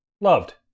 loved